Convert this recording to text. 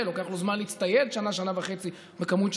לוקח זמן של שנה-שנה וחצי להצטייד בכמות,